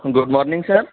good morning sir